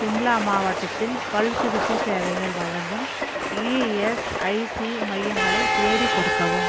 ஷிம்லா மாவட்டத்தில் பல் சிகிச்சை சேவைகள் வழங்கும் இஎஸ்ஐசி மையங்களைத் தேடிக் கொடுக்கவும்